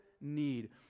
need